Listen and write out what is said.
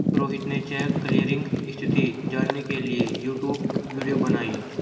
रोहित ने cheque clearing स्थिति जानने के लिए यूट्यूब वीडियो बनाई